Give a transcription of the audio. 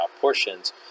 portions